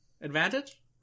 Advantage